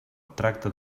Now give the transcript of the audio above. tracta